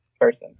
person